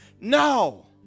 No